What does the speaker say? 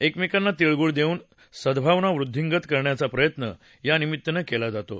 एकमेकांना तिळगूळ देऊन सद्गावना वृद्धींगत करण्याचा प्रयत्न या निमित्तानं केला जातो